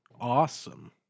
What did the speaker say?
Awesome